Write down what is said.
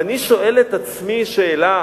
ואני שואל את עצמי שאלה,